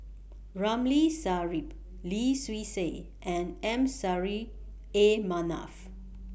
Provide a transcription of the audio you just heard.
Ramli Sarip Lim Swee Say and M Sari A Manaf